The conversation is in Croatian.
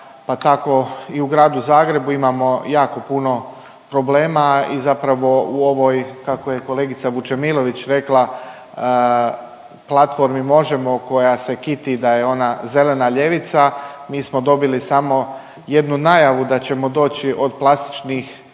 pa tako i u Gradu Zagrebu imamo jako puno problema i zapravo u ovoj kako je kolegica Vučemilović rekla platformi Možemo! koja se kiti da je ona zelena ljevica mi smo dobili samo jednu najavu da ćemo doći od plastičnih